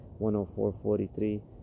104.43